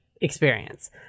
experience